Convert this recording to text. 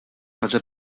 ħaġa